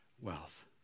wealth